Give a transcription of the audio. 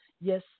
yes